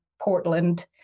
Portland